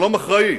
שלום אחראי,